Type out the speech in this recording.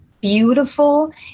beautiful